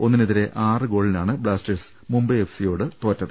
ഒന്നിനെതിരെ ആറു ഗോളിനാണ് ബ്ലാസ്റ്റേഴ്സ് മുംബൈ എഫ് സിയോട് തോറ്റത്